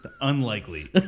Unlikely